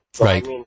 Right